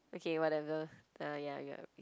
okay whatever ah ya it's your turn